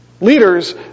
leaders